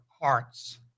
hearts